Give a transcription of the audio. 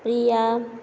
Priya